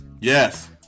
Yes